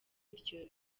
iryo